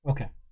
Okay